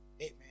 Amen